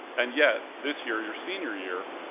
and yet, this year, your senior year,